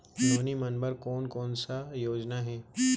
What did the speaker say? नोनी मन बर कोन कोन स योजना हे?